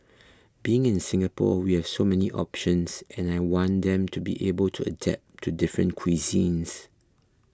being in Singapore we have so many options and I want them to be able to adapt to different cuisines